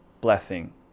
blessing